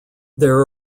there